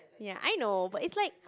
ya I know but it's like